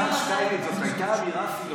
השר שטייניץ, זו הייתה אמירה פילוסופית.